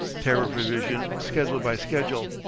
tariff revision schedule by schedule,